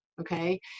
okay